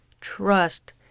trust